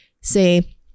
say